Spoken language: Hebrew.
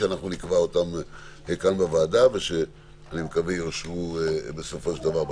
שנקבע אותם כאן בוועדה ושאני מקווה שיאושרו בסופו של דבר בכנסת.